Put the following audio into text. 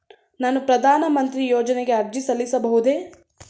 ನಾನು ಪ್ರಧಾನ ಮಂತ್ರಿ ಯೋಜನೆಗೆ ಅರ್ಜಿ ಸಲ್ಲಿಸಬಹುದೇ?